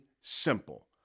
simple